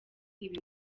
ibi